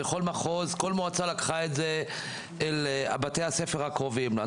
וכל מועצה בכל מחוז לקחה את זה אל בתי הספר הקרובים לה.